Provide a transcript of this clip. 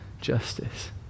justice